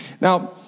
Now